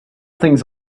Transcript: things